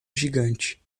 gigante